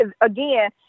again